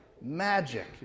magic